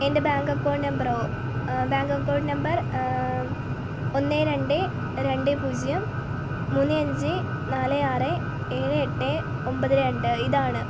എൻ്റെ bank account നമ്പറോ bank account number ഒന്ന് രണ്ട് രണ്ട് പൂജ്യം മൂന്ന് അഞ്ച് നാല് ആറ് ഏഴ് എട്ട് ഒൻപത് രണ്ട് ഇതാണ്